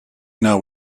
know